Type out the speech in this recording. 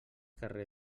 carrer